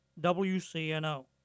wcno